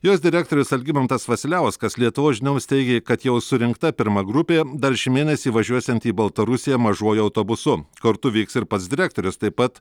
jos direktorius algimantas vasiliauskas lietuvos žinioms teigė kad jau surinkta pirma grupė dar šį mėnesį važiuosianti į baltarusiją mažuoju autobusu kartu vyks ir pats direktorius taip pat